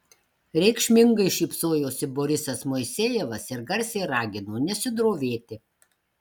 reikšmingai šypsojosi borisas moisejevas ir garsiai ragino nesidrovėti